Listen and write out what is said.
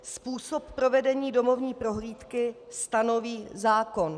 Způsob provedení domovní prohlídky stanoví zákon.